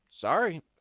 Sorry